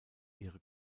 ihre